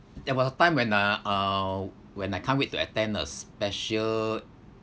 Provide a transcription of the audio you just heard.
there was a time when uh uh when I can't wait to attend a special